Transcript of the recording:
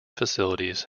facilities